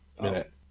minute